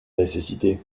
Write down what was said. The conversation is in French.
nécessité